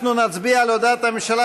אנחנו נצביע על הודעת הממשלה,